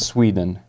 Sweden